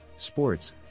Sports